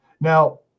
Now